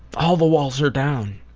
all the walls are down.